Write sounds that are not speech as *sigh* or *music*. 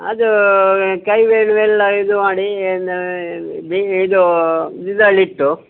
ಅದೂ ಕಹಿ ಬೇವಿಂದು ಬೆಲ್ಲ ಇದು ಮಾಡಿ ನ ಇದೂ *unintelligible* ಇಟ್ಟು